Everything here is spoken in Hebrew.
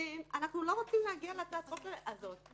אנחנו לא רוצים להגיע להצעת החוק הזאת.